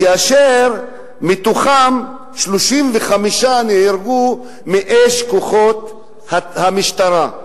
כאשר 35 מתוכם נהרגו מאש כוחות המשטרה.